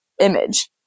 image